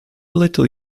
little